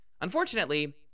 Unfortunately